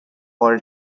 all